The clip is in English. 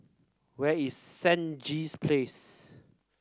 where is Stangee Place